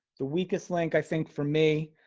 the weakest link i think for me.